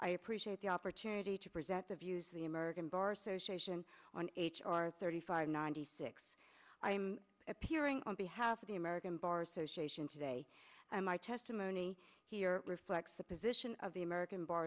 i appreciate the opportunity to present the views of the american bar association on h r thirty five ninety six i'm appearing on behalf of the american bar association today and my testimony here reflects the position of the american bar